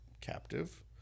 captive